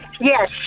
Yes